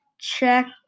check